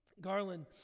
Garland